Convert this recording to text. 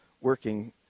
working